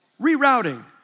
rerouting